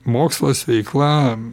mokslas veikla